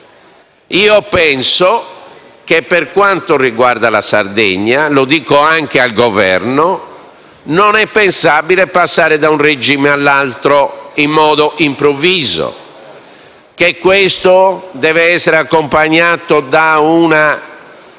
Io penso che, per quanto riguarda la Sardegna (lo dico anche al Governo), non sia pensabile passare da un regime all'altro in modo improvviso, ma che questo passaggio debba essere accompagnato da una